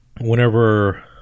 whenever